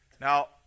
Now